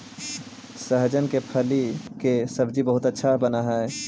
सहजन के फली के सब्जी बहुत अच्छा बनऽ हई